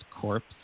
corpse